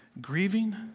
grieving